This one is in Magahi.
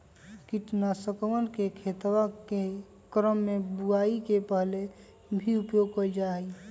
कीटनाशकवन के खेतवा के क्रम में बुवाई के पहले भी उपयोग कइल जाहई